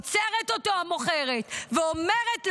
ועוצרת אותו המוכרת ואומרת לו: